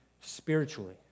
spiritually